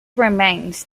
remains